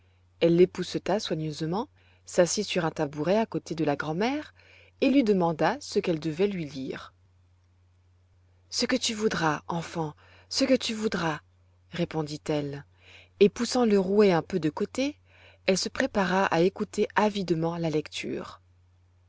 l'épousseta soigneusement s'assit sur un tabouret à côté de la grand'mère et lui demanda ce qu'elle devait lui lire ce que tu voudras enfant ce que tu voudras répondit-elle et poussant le rouet un peu de côté elle se prépara à écouter avidement la lecture